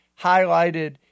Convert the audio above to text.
highlighted